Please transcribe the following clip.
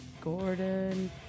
Gordon